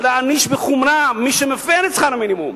ולהעניש בחומרה מי שמפר את חוק שכר מינימום?